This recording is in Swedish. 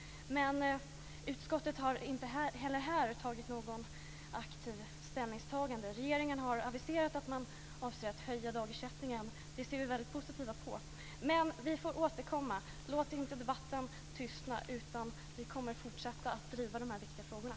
Men utskottet har inte heller här aktivt tagit ställning. Regeringen har aviserat att man avser att höja dagersättningen. Det ser vi positivt på. Men vi får återkomma. Låt inte debatten tystna. Vi kommer att fortsätta att driva de här viktiga frågorna.